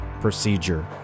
procedure